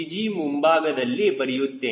G ಮುಂಭಾಗದಲ್ಲಿ ಬರೆಯುತ್ತೇನೆ